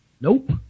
nope